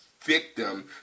victim